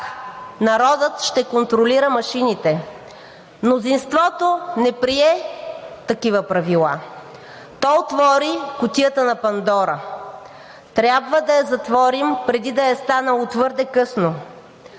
народът ще контролира машините. Мнозинството не прие такива правила. То отвори „кутията на Пандора“. Трябва да я затворим, преди да е станало твърде късно.